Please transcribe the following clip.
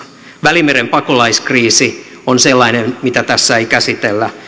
välimeren pakolaiskriisi on sellainen mitä tässä ei käsitellä